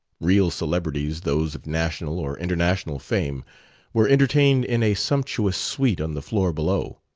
real celebrities those of national or international fame were entertained in a sumptuous suite on the floor below.